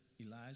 Elijah